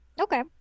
Okay